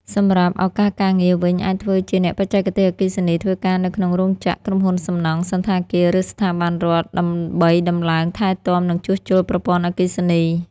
សម្រាប់់ឪកាសការងារវិញ អាចធ្វើជាអ្នកបច្ចេកទេសអគ្គិសនីធ្វើការនៅក្នុងរោងចក្រ ក្រុមហ៊ុនសំណង់ សណ្ឋាគារ ឬស្ថាប័នរដ្ឋ ដើម្បីតំឡើង ថែទាំ និងជួសជុលប្រព័ន្ធអគ្គិសនី។